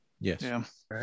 Yes